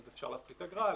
אז אפשר להפחית אגרה,